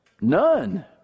none